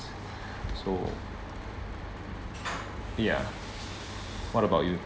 so ya what about you